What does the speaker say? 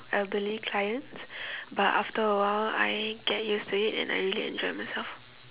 elderly clients but after a while I get used to it and I really enjoyed myself